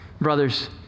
Brothers